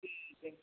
ਠੀਕ ਹੈ